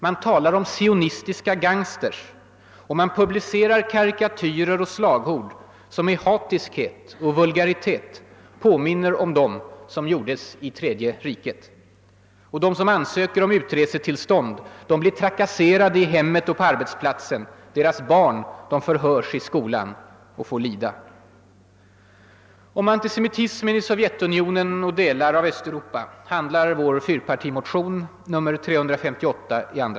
Man talar om »sionistiska gangsters» och publicerar karikatyrer och slagord som i hatiskhet och vulgaritet påminner om dem som giordes i Tredje Riket. Och de som ansöker om utresetillstånd blir trakasserade i hemmet och på arbetsplatsen, deras barn förhörs i skolan och får lida. Om antisemitismen i Sovjetunionen och delar av Östeuropa handlar vår fyrpartimotion, II: 358.